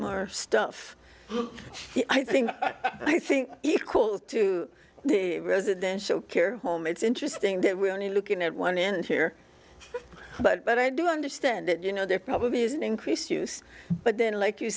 more stuff i think i think equal to the residential care home it's interesting that we're only looking at one in here but i do understand that you know there probably is an increased use but then like you